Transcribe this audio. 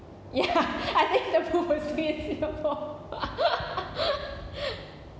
ya I think the poop will stink in singapore